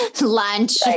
lunch